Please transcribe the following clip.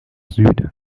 süd